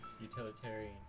Utilitarian